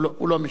הוא לא משיב.